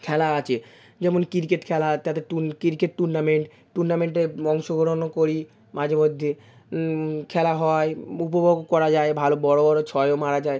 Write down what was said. খেলা আছে যেমন ক্রিকেট খেলা তাতে টুর ক্রিকেট টুর্নামেন্ট টুর্নামেন্টে অংশগ্রহণও করি মাঝে মধ্যে খেলা হয় উপভোগ করা যায় ভালো বড়ো বড়ো ছয়ও মারা যায়